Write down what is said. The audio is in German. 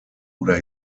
oder